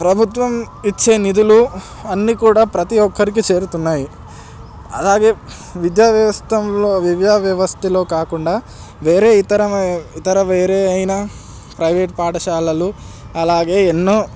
ప్రభుత్వం ఇచ్చే నిధులు అన్ని కూడా ప్రతి ఒక్కరికి చేరుతున్నాయి అలాగే విద్య వ్యవస్థంలో విద్య వ్యవస్థలో కాకుండా వేరే ఇతర ఇతర వేరే అయినా ప్రైవేట్ పాఠశాలలు అలాగే ఎన్నో